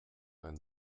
dein